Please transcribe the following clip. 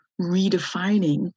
redefining